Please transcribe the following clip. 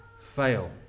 fail